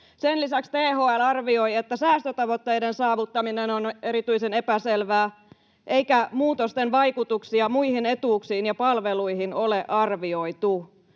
Sen lisäksi THL arvioi, että säästötavoitteiden saavuttaminen on erityisen epäselvää eikä muutosten vaikutuksia muihin etuuksiin ja palveluihin ole arvioitu.